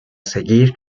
seguir